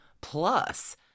plus